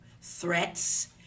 Threats